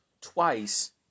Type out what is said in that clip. twice